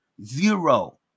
zero